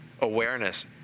Awareness